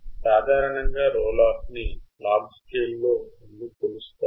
సాధారణంగా roll off ని log స్కేల్లో ఎందుకు కొలుస్తారు